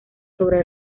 sobre